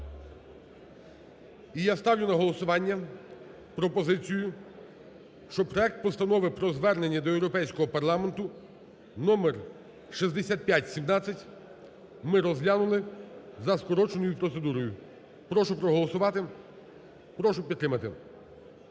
І я ставлю на голосування пропозицію, щоб проект Постанови про звернення до Європейського Парламенту (№ 6517), ми розглянули за скороченою процедурою. Прошу проголосувати, прошу підтримати.